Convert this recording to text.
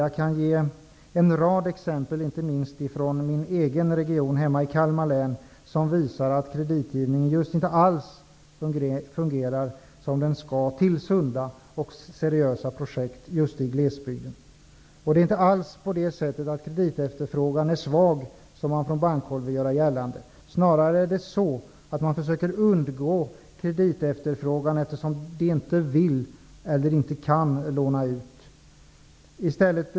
Jag kan ge en rad exempel, inte minst från min egen region i Kalmar län, som visar att kreditgivningen till sunda och seriösa projekt inte alls fungerar som den skall just i glesbygden. Det är inte alls på det sättet att kreditefterfrågan är svag, som man från bankhåll vill göra gällande. Man försöker snarare undgå kreditefterfrågan, eftersom man inte vill eller kan låna ut.